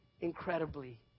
incredibly